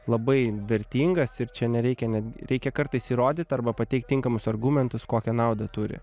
labai vertingas ir čia nereikia reikia kartais įrodyt arba pateikt tinkamus argumentus kokią naudą turi